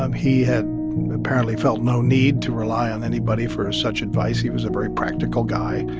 um he had apparently felt no need to rely on anybody for such advice. he was a very practical guy.